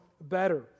better